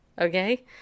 Okay